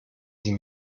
sie